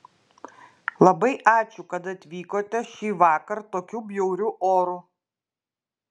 labai ačiū kad atvykote šįvakar tokiu bjauriu oru